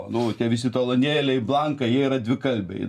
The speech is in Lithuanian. nu tie visi talonėliai blankai jie yra dvikalbiai